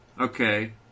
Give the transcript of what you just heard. Okay